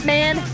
Man